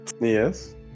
Yes